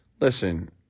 Listen